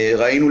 ראינו,